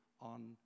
on